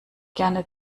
gerne